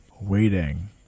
waiting